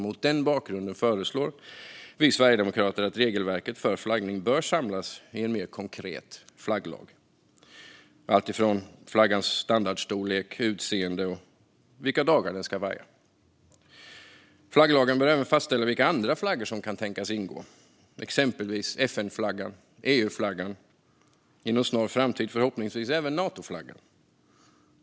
Mot den bakgrunden föreslår vi sverigedemokrater att regelverket för flaggning samlas i en mer konkret flagglag som gäller alltifrån flaggans standardstorlek och utseende till vilka dagar den ska vaja. Flagglagen bör även fastställa vilka andra flaggor som kan tänkas ingå, exempelvis FN-flaggan, EU-flaggan och inom en snar framtid förhoppningsvis även Natoflaggan.